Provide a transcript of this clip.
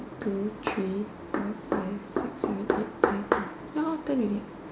two three four five six seven eight nine ten ya ten already what